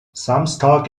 samstag